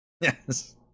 Yes